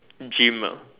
gym uh